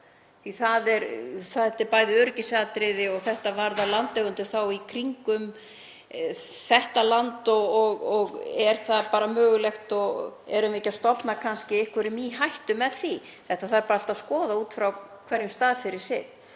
Þetta er bæði öryggisatriði og varðar landeigendur þá í kringum þetta land, og er það bara mögulegt og erum við ekki að stofna kannski einhverjum í hættu með því? Þetta þarf allt að skoða út frá hverjum stað fyrir sig.